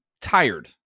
tired